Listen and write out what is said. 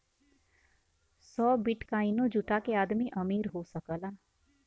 सौ बिट्काइनो जुटा के आदमी अमीर हो सकला